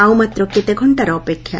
ଆଉ ମାତ୍ର କେତେ ଘକ୍ଷାର ଅପେକ୍ଷା